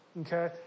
Okay